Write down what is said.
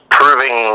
proving